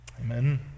Amen